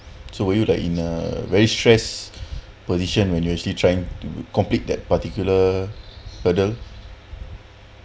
so will you like in a very stress position when you actually trying to complete that particular hurdle